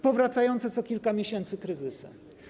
Powracające co kilka miesięcy kryzysy.